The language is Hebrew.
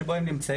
שבו הן נמצאות,